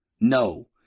No